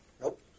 Nope